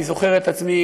אני זוכר את עצמי,